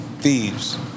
thieves